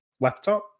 laptop